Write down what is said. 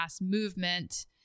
movement